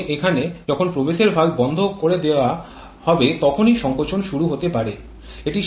তবে এখানে যখন প্রবেশের ভালভ বন্ধ করে দেওয়া হবে তখনই সংকোচন শুরু হতে পারে